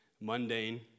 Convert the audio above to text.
mundane